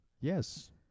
Yes